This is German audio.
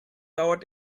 dauert